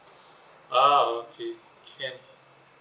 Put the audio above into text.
ah okay can